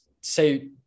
say